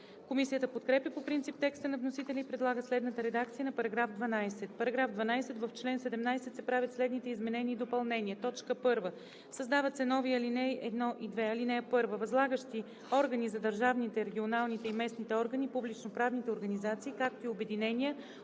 Комисията подкрепя по принцип текста на вносителя и предлага следната редакция на § 12: „§ 12. В чл. 17 се правят следните изменения и допълнения: 1. Създават се нови ал. 1 и 2: „(1) Възлагащи органи са държавните, регионалните или местните органи, публичноправните организации, както и обединения